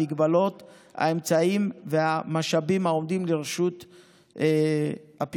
במגבלות האמצעים והמשאבים העומדים לרשות הפיקוד.